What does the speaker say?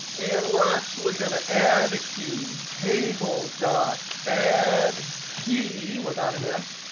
and we're actually going to add a key table dot add key, without an s,